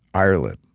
ireland.